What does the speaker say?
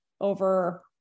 over